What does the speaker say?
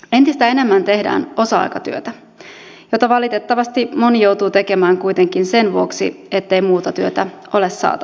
entistä enemmän tehdään osa aikatyötä jota valitettavasti moni joutuu tekemään kuitenkin sen vuoksi ettei muuta työtä ole saatavilla